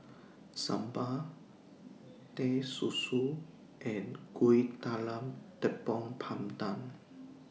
Sambal Teh Susu and Kuih Talam Tepong Pandan